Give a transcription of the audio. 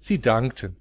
sie dankten